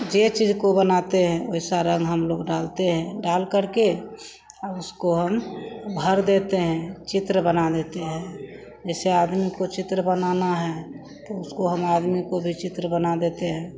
जे चीज़ को बनाते हैं वैसा रंग हम लोग डालते हैं डाल करके अब उसको हम भर देते हें चित्र बना देते हें जैसे आदमी को चित्र बनाना हे तो उसको हम आदमी को भी चित्र बना देते हें